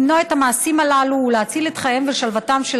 למנוע את המעשים הללו ולהציל את חייהם ואת שלוותם של